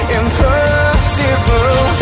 impossible